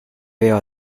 veo